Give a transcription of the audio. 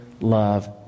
love